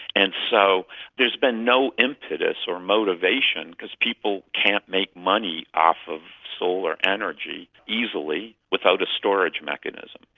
and so there has been no impetus or motivation because people can't make money off of solar energy easily without a storage mechanism.